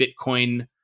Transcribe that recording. Bitcoin